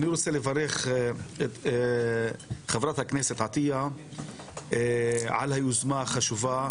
אני רוצה לברך את חברת הכנסת עטיה על היוזמה החשובה.